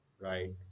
right